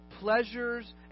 pleasures